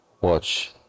watch